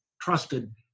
trusted